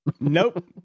Nope